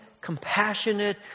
compassionate